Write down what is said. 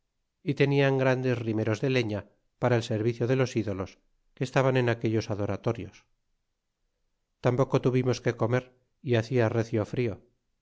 y tenían grandes rimeros de leña para el servicio de los ídolos que estaban en aquellos adoratorios y tampoco tuvimos que comer y hacia recio frio